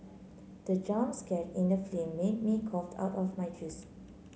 the jump scare in the film made me coughed out of my juice